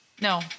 No